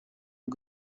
der